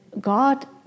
God